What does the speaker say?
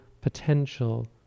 potential